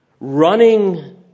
running